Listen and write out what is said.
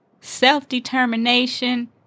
self-determination